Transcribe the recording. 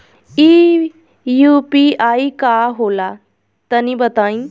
इ यू.पी.आई का होला तनि बताईं?